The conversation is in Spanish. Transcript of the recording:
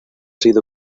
sido